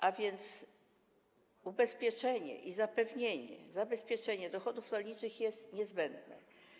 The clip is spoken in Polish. A więc ubezpieczenie i zapewnienie, zabezpieczenie dochodów rolniczych jest niezbędne.